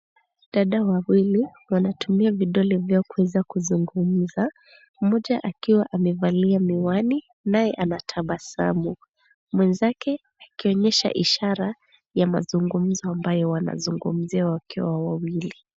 Dada wawili wanatumia vidole vyao kuweza kuzungumza, mmoja akiwa amevalia miwani naye anatabasamu. Mwenzake akionyesha ishara ya mazungumzo ambayo wanazungumzia wakiwa wawili.